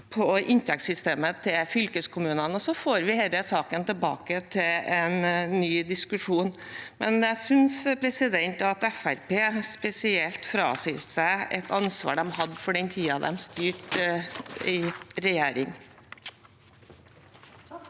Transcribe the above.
på inntektssystemet til fylkeskommunene. Vi får denne saken tilbake til en ny diskusjon, men jeg synes spesielt Fremskrittspartiet fraskriver seg et ansvar de hadde for den tiden de styrte i regjering.